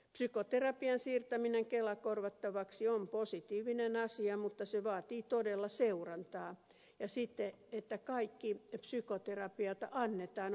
psykoterapian siirtäminen kelakorvattavaksi on positiivinen asia mutta se vaatii todella seurantaa ja sitä että kaikki psykoterapia jota annetaan on asianmukaista